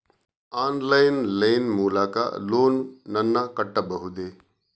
Online line ಮೂಲಕ loan ನನ್ನ ಕಟ್ಟಬಹುದೇ?